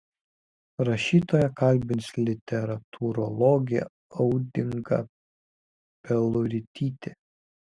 rašytoją kalbins literatūrologė audinga peluritytė